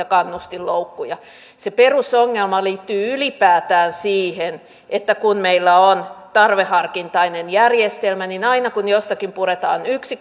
kannustinloukkuja se perusongelma liittyy ylipäätään siihen että kun meillä on tarveharkintainen järjestelmä niin aina kun jostakin puretaan yksi